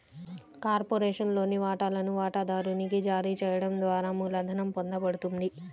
కార్పొరేషన్లోని వాటాలను వాటాదారునికి జారీ చేయడం ద్వారా మూలధనం పొందబడుతుంది